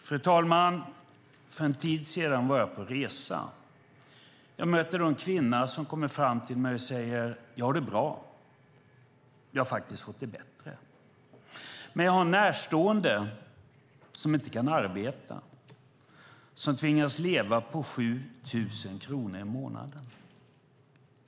Fru talman! För en tid sedan var jag på resa. Jag mötte då en kvinna som kom fram till mig och sade: Jag har det bra. Jag har faktiskt fått det bättre. Men jag har närstående som inte kan arbeta och som tvingas leva på 7 000 kronor i månaden.